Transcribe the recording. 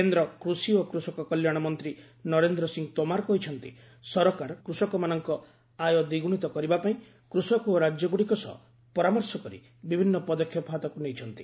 କେନ୍ଦ୍ର କୁଷି ଓ କୃଷକ କଲ୍ୟାଣ ମନ୍ତ୍ରୀ ନରେନ୍ଦ୍ର ସିଂ ତୋମାର କହିଛନ୍ତିସରକାର କୃଷକମାନଙ୍କ ଆୟ ଦ୍ୱିଗୁଶିତ କରିବା ପାଇଁ କୃଷକ ଓ ରାଜ୍ୟଗୁଡିକ ସହ ପରାମର୍ଶ କରି ବିଭିନ୍ନ ପଦକ୍ଷେପ ହାତକୁ ନେଇଛନ୍ତି